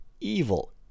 evil